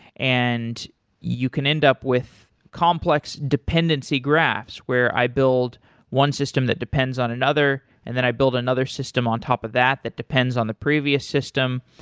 and you can end up with complex dependency graphs where i build one system that depends on another, and then i build another system on top of that that depends on the previous system.